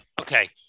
Okay